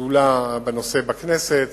שדולה בנושא בכנסת,